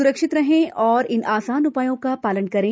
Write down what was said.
स्रक्षित रहें और इन आसान उपायों का पालन करें